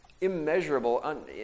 immeasurable